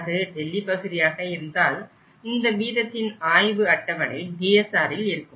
அது டெல்லி பகுதியாக இருந்தால் இந்த விதத்தின் ஆய்வு அட்டவணை DSR இல் இருக்கும்